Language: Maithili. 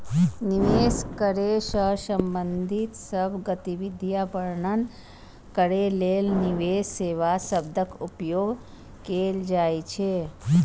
निवेश करै सं संबंधित सब गतिविधि वर्णन करै लेल निवेश सेवा शब्दक उपयोग कैल जाइ छै